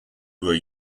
were